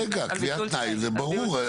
רגע, קביעת תנאי זה ברור.